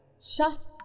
Shut